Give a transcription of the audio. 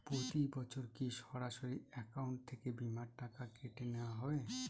প্রতি বছর কি সরাসরি অ্যাকাউন্ট থেকে বীমার টাকা কেটে নেওয়া হবে?